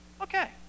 Okay